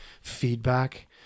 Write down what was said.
feedback